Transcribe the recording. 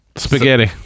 Spaghetti